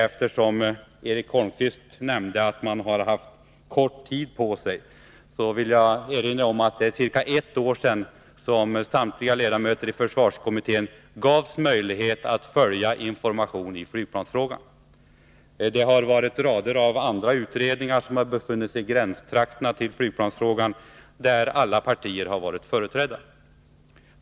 Eftersom Eric Holmqvist sade att man haft kort tid på sig, vill jag erinra om att det är ca ett år sedan som samtliga ledamöter i försvarskommittén fick möjligheter att följa information i flygplansfrågan. Det har förekommit rader av andra utredningar, som befunnit sig i gränstrakterna av flygplansfrågan och där alla partier varit företrädda.